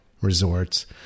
resorts